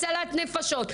הצלת נפשות.